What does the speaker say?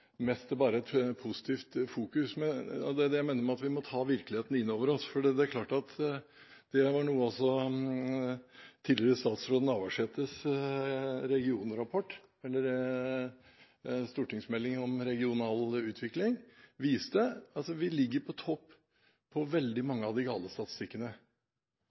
bare et positivt fokus. Det er det jeg mener med at vi må ta virkeligheten inn over oss, og dette var jo også noe som tidligere statsråd Navarsetes regionrapport – stortingsmeldingen om regional utvikling – viste, at vi ligger på toppen på veldig mange av de